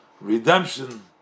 redemption